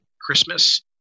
Christmas